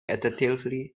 attentively